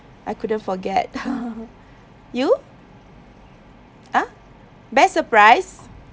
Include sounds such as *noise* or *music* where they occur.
I couldn't forget *laughs* you !huh! best surprise